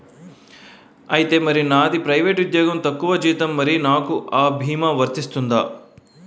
ఐతే మరి నాది ప్రైవేట్ ఉద్యోగం తక్కువ జీతం మరి నాకు అ భీమా వర్తిస్తుందా?